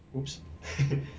!oops!